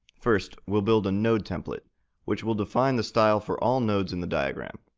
first, we'll build a nodetemplate, which will define the style for all nodes in the diagram,